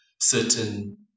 certain